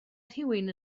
rhywun